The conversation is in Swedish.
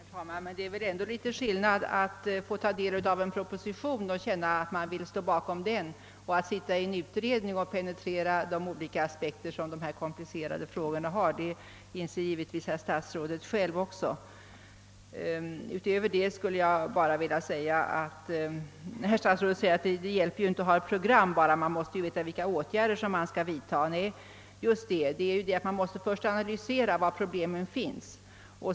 Herr talman! Det är väl ändå skillnad mellan att få ta del av en proposition och känna att man vill stå bakom den och att sitta i en utredning och penetrera de olika aspekter som dessa komplicerade frågor har. Det inser givetvis herr statsrådet själv också. Statsrådet säger att det inte hjälper att bara ha ett program utan att man också måste veta vilka åtgärder man skall vidta. Nej, just det. Man måste först analysera var problemen finns.